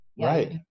Right